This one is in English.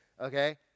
okay